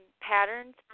patterns